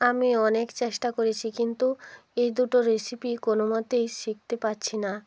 আমি অনেক চেষ্টা করেছি কিন্তু এই দুটো রেসিপি কোনো মতেই শিখতে পারছি না